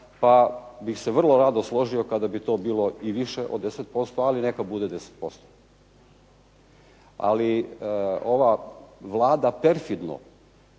pa bih se vrlo rado složio kada bi to bilo više od 10% ali neka bude 10%. Ali ova Vlada perfidno,